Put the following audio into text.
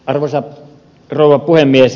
arvoisa rouva puhemies